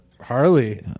harley